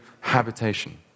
habitation